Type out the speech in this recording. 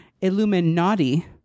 Illuminati